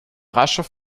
rascher